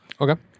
Okay